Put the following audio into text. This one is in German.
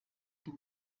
dem